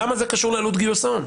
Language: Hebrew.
למה זה קשור לעלות גיוס ההון?